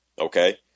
Okay